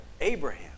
Abraham